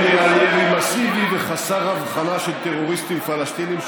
שבהם נראה ירי מסיבי וחסר הבחנה של טרוריסטים פלסטינים,